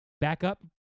backup